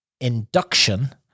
induction